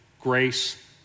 grace